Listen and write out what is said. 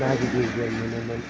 ना गिदिर मोनोमोन